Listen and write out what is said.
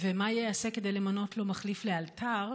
2. מה ייעשה כדי למנות לו מחליף לאלתר,